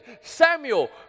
Samuel